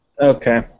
Okay